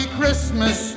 Christmas